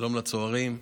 שלום לצוערים.